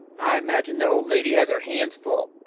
i imagine the old lady has her hands full,